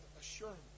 assurance